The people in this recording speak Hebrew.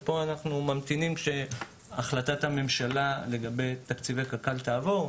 אנחנו ממתינים שהחלטת הממשלה לגבי תקציבי קק"ל תעבור.